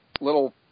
little